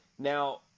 Now